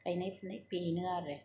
गायनाय फुनाय बेनो आरो